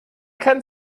kann